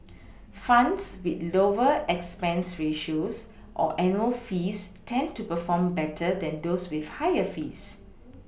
funds with lower expense ratios or annual fees tend to perform better than those with higher fees